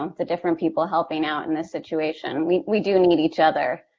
um the different people helping out in this situation. we we do need each other.